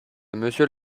monsieur